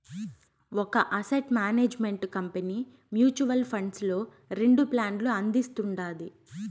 ఒక asset management company mutual funds లో రెండు ప్లాన్లు అందిస్తుండాది